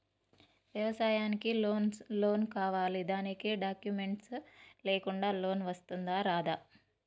వ్యవసాయానికి లోన్స్ కావాలి దానికి డాక్యుమెంట్స్ లేకుండా లోన్ వస్తుందా రాదా?